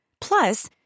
Plus